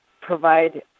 provide